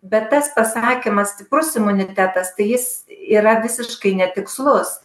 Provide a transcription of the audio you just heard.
bet tas pasakymas stiprus imunitetas tai jis yra visiškai netikslus